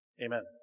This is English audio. Amen